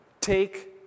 take